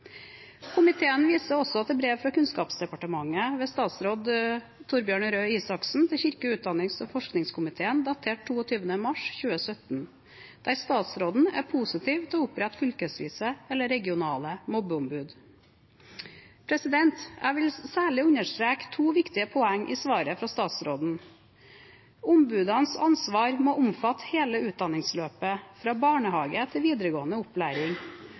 Komiteen viser også til brev fra Kunnskapsdepartementet ved statsråd Torbjørn Røe Isaksen til kirke-, utdannings- og forskningskomiteen, datert 22. mars 2017, der statsråden er positiv til å opprette fylkesvise eller regionale mobbeombud. Jeg vil særlig understreke to viktige poeng i svaret fra statsråden. Ombudenes ansvar må omfatte hele utdanningsløpet fra barnehage til videregående opplæring,